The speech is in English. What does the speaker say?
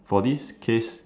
for this case